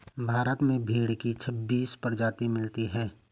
भारत में भेड़ की छब्बीस प्रजाति मिलती है